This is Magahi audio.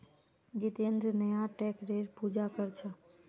जितेंद्र नया ट्रैक्टरेर पूजा कर छ